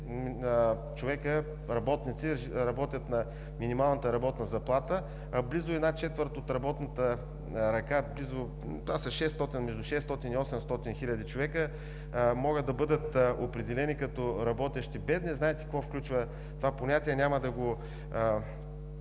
човека – работници, работят на минималната работна заплата, а близо една четвърт от работната ръка, това са между 600 и 800 хиляди човека, могат да бъдат определени като работещи бедни. Знаете какво включва това понятие. Няма да